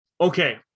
Okay